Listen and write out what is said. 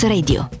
Radio